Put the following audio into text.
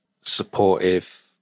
supportive